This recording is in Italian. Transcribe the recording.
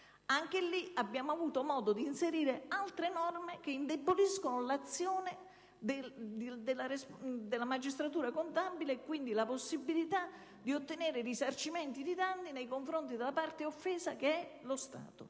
hanno avuto modo di inserire altre norme che indeboliscono l'azione della magistratura contabile e quindi la possibilità di ottenere risarcimenti di danni per la parte offesa, che è lo Stato;